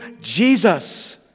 Jesus